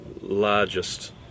largest